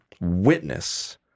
witness